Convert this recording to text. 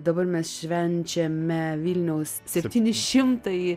dabar mes švenčiame vilniaus septynišimtąjį